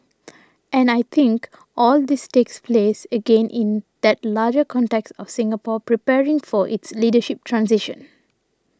and I think all this takes place again in that larger context of Singapore preparing for its leadership transition